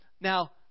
Now